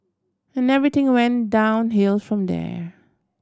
and everything went downhill from there